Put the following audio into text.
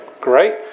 Great